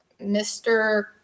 Mr